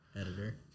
Editor